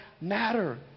matter